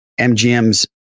MGM's